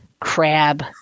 crab